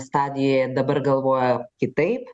stadijoje dabar galvoja kitaip